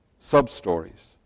substories